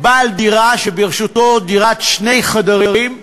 בעל דירה שברשותו דירת שני חדרים,